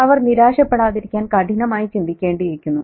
അവർ നിരാശപ്പെടാതിരിക്കാൻ കഠിനമായി ചിന്തിക്കേണ്ടിയിരിക്കുന്നു